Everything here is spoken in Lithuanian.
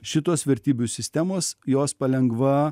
šitos vertybių sistemos jos palengva